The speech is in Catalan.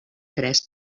tres